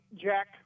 Jack